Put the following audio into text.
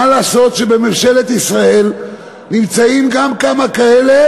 מה לעשות שבממשלת ישראל נמצאים גם כמה כאלה,